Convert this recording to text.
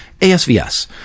ASVS